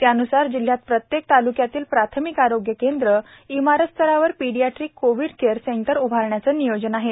त्यान्सार जिल्हयात प्रत्येक तालुक्यातील प्राथमिक आरोग्य केंद्र इमारत स्तरावर पेडीयाट्रीक कोविड केअर सेंटर उभारण्याचे नियोजन आहे